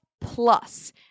Plus